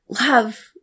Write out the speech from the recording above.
love